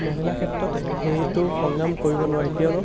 মহিলাৰ ক্ষেত্ৰত সেইটো সংগ্ৰাম কৰিব নোৱাৰে কিয়নো